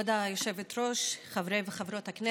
כבוד היושבת-ראש, חברי וחברות הכנסת.